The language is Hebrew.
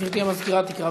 גברתי המזכירה תקרא,